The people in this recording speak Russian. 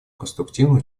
конструктивно